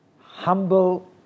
humble